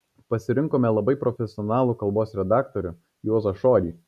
pasirinkome labai profesionalų kalbos redaktorių juozą šorį